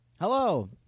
Hello